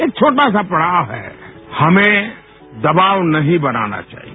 एक छोटा सा पड़ाव है हमें दवाव नहीं बनाना चाहिए